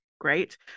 Great